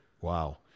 Wow